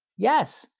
yes.